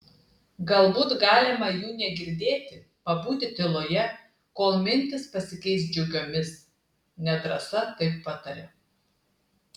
galbūt galima jų negirdėti pabūti tyloje kol mintys pasikeis džiugiomis nedrąsa taip patarė